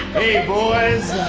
boys,